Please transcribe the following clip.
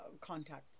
contact